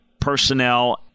personnel